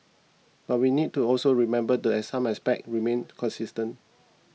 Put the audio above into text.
but we need to also remember that some aspects remain consistent